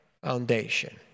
foundation